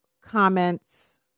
comments